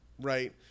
right